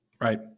Right